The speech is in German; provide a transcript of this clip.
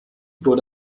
wurde